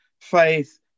faith